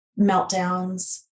meltdowns